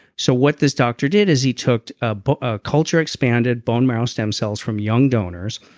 so what this doctor did is he took ah but a culture expanded bone marrow stem cells from young donors.